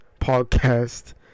podcast